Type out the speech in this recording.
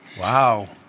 Wow